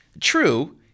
True